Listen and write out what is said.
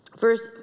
Verse